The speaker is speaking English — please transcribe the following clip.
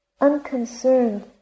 unconcerned